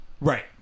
Right